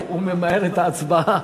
הוא ממהר את ההצבעה,